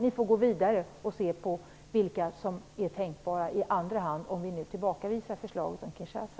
Ni får gå vidare och titta på vilka ambassader som är tänkbara i andra hand, om vi nu tillbakavisar förslaget om Kinshasa.